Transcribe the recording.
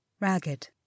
ragged